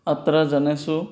अत्र जनेषु